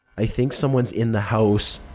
i think somebody's in the house.